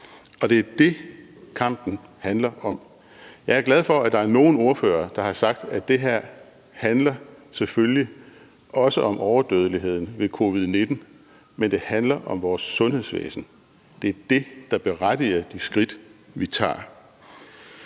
og det er det, kampen handler om. Jeg er glad for, at der er nogle ordførere, der har sagt, at det her selvfølgelig også handler om overdødeligheden ved covid-19, men det handler om vores sundhedsvæsen. Det er det, der berettiger de skridt, vi tager.